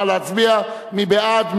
נא להצביע, מי בעד?